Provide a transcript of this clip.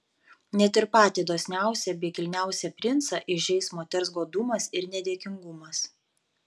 net ir patį dosniausią bei kilniausią princą įžeis moters godumas ir nedėkingumas